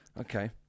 Okay